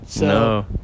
No